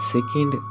Second